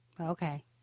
Okay